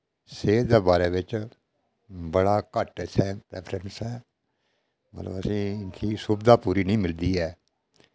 सेह्त दे बारे बिच्च बड़ा घट्ट इत्थैं रेफेरेंस ऐ मतलब असेंगी इन्नी सुबधा पूरी नेईं मिलदी ऐ